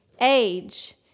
age